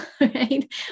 right